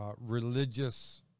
religious